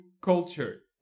culture